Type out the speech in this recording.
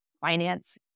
finance